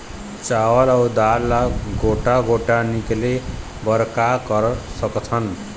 चावल अऊ दाल ला गोटा गोटा निकाले बर का कर सकथन?